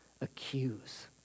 Accuse